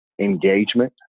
engagement